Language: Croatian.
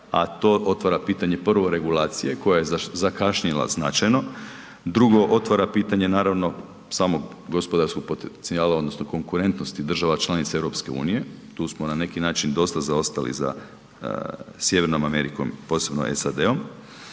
a to otvara pitanje prvo regulacije koje je zakašnjela značajno. Drugo, otvara pitanja naravno samo gospodarskog potencijala odnosno konkurentnosti država članica EU. Tu smo na neki način dosta zaostali za sjevernom Amerikom, posebno SAD-om.